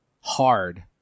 hard